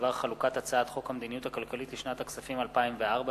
ברשות יושב-ראש